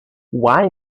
why